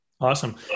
Awesome